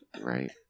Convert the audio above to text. Right